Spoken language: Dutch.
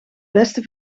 beste